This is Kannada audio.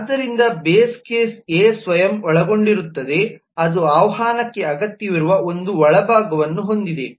ಆದ್ದರಿಂದ ಬೇಸ್ ಕೇಸ್ ಎ ಸ್ವಯಂ ಒಳಗೊಂಡಿರುತ್ತದೆ ಅದು ಆಹ್ವಾನಕ್ಕೆ ಅಗತ್ಯವಿರುವ ಒಂದು ಒಳಭಾಗವನ್ನು ಹೊಂದಿದೆ